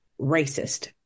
racist